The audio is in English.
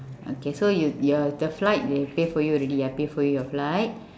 okay so you you're the flight they pay for you already I pay for you your flight